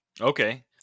Okay